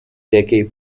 decay